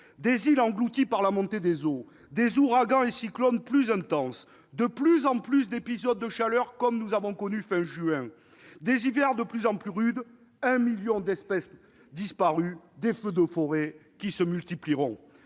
des îles englouties par la montée des eaux, des ouragans et des cyclones plus intenses, de plus en plus d'épisodes de chaleur, comme celui que nous avons connu à la fin du mois de juin, des hivers de plus en plus rudes, un million d'espèces disparues, des feux de forêt qui se multiplieront.